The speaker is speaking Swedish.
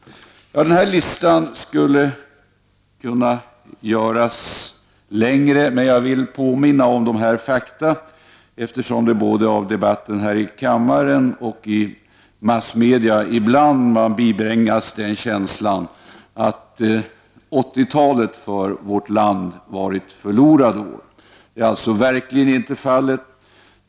Listan skulle kunna göras längre, men jag vill påminna om dessa fakta, eftersom man av både debatten här i kammaren och den i massmedia ibland bibringas känslan att 80-talet för vårt land var ett förlorat årtionde. Så är verkligen inte fallet.